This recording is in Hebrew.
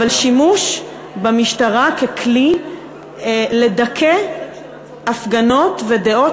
שימוש במשטרה ככלי לדכא הפגנות ודעות